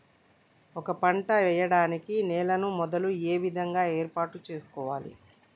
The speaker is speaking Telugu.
ఒక పంట వెయ్యడానికి నేలను మొదలు ఏ విధంగా ఏర్పాటు చేసుకోవాలి?